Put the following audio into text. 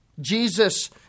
Jesus